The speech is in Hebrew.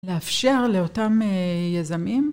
לאפשר לאותם יזמים.